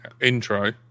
intro